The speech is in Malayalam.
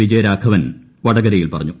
വിജയരാഘവൻ വൂടികൃരയിൽ പറഞ്ഞു